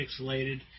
pixelated